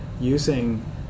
using